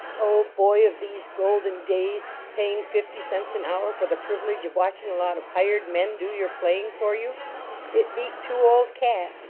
oh, boy of these golden days, paying fifty cents an hour for the privilege of watching a lot of hired men do your playing for you it beat two-old-cat.